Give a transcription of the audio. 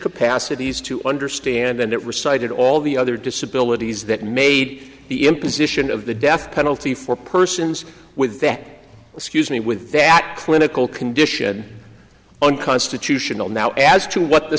capacity to understand and it recited all the other disabilities that made the imposition of the death penalty for persons with that excuse me with that clinical condition unconstitutional now as to what the